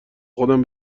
خودم